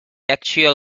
actual